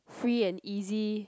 free and easy